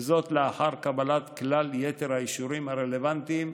וזאת לאחר קבלת כלל האישורים הרלוונטיים.